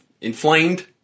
inflamed